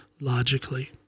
logically